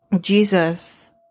Jesus